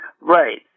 Right